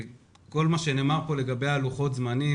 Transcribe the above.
כל מה שנאמר כאן לגבי לוחות הזמנים,